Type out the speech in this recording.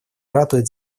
ратует